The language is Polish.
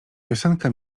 piosenka